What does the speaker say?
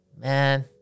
Man